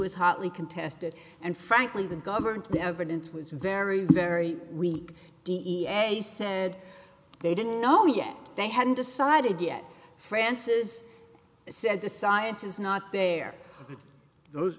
was hotly contested and frankly the government the evidence was very very weak d e a s said they didn't know yet they hadn't decided yet francis said the science is not there those